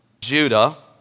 Judah